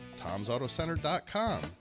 Tom'sAutoCenter.com